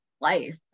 life